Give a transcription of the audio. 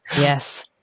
Yes